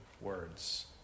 words